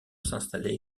s’installer